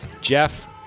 Jeff